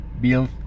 build